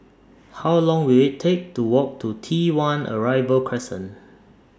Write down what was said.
How Long Will IT Take to Walk to T one Arrival Crescent